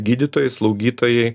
gydytojai slaugytojai